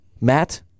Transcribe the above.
Matt